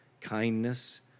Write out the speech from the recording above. kindness